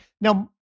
Now